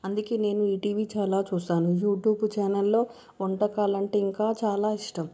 అందుకే నేను ఈ టీవీ చాలా చూస్తాను యూట్యూబ్ ఛానల్లో వంటకాలు అంటే ఇంకా చాలా ఇష్టం